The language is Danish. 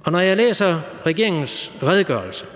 Og når jeg læser regeringens redegørelse,